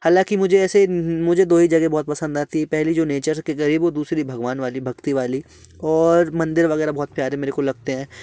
हालांकि मुझे ऐसे मुझे दो ही जगह बहुत पसंद आती है पहले जो नेचर के करीब और दूसरी भगवान वाली भक्ति वाली और मंदिर वगैरह बहुत प्यारे मेरे को लगाते हैं